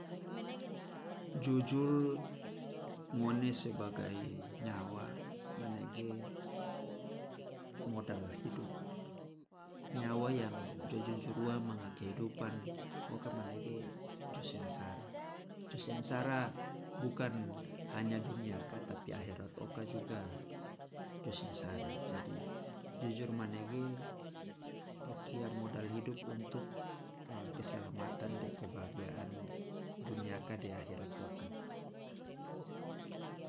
Jujur, ngone sebagai nyawa manege modal hidup, nyawa yang jo jujur ua manga kehidupan oka manege jo sengsara, jo sengsara bukan hanya duniaka tapi akhirat oka juga jo sengsara, jadi jujur manege o kia modal hidup untuk wa keselamatan de kebahagiaan duniaka de akhirat oka.